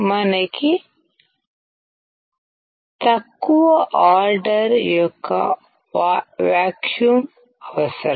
మనకి తక్కువ ఆర్డర్ యొక్క వాక్యూమ్ అవసరం